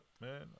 man